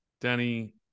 Danny